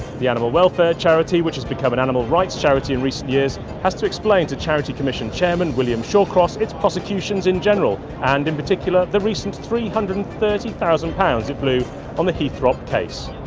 the animal welfare charity, which has become an animal rights charity in recent years, has to explain to charity commission chairman william shawcross its prosecutions in general and, in particular, the recent three hundred and thirty thousand pounds it blew on the heythrop case.